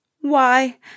Why